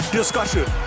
discussion